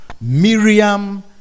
Miriam